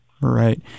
right